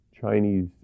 Chinese